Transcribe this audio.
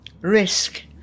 Risk